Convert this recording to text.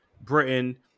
Britain